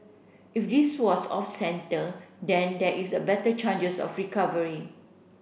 if this was off centre then there is a better chances of recovery